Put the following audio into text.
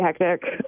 hectic